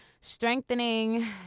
strengthening